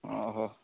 ଓ ହୋ